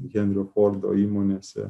henrio fordo įmonėse